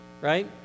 right